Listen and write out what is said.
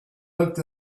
looked